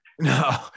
No